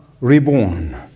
reborn